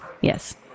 Yes